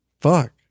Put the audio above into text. fuck